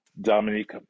Dominique